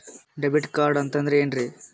Debit card ಅಂತಂದ್ರೆ ಏನ್ರೀ?